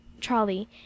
trolley